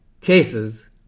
cases